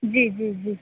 جی جی جی